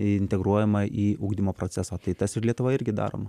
integruojama į ugdymo procesą tai tas ir lietuvoje irgi daroma